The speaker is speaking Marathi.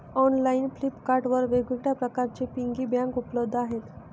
ऑनलाइन फ्लिपकार्ट वर वेगवेगळ्या प्रकारचे पिगी बँक उपलब्ध आहेत